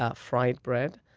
ah fried bread,